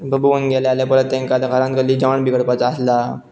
आतां बघूंक गेले जाल्यार परत तेंकां आतां घरान कसलीं जेवण बी करपाचां आसलां